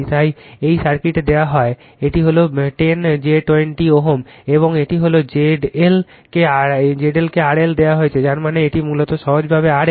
তাই এই সার্কিট দেওয়া হয় এটি হল 10 j 20 Ω এবং এটি হল ZL কে RL দেওয়া হয়েছে যার মানে এটি মূলত সহজভাবে RL